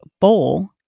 bowl